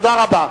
תודה רבה.